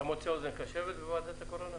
אתה מוצא אוזן קשבת בוועדת הקורונה?